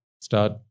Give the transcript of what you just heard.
start